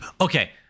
Okay